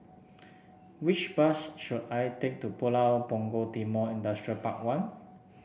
which bus should I take to Pulau Punggol Timor Industrial Park One